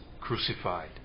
crucified